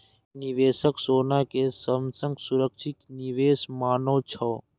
निवेशक सोना कें सबसं सुरक्षित निवेश मानै छै